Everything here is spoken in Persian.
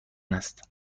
است